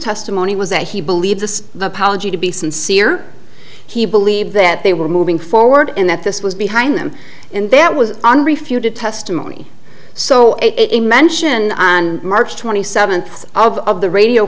testimony was that he believed the apology to be sincere he believed that they were moving forward and that this was behind them and that was unrefuted testimony so it mentioned on march twenty seventh of of the radio